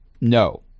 No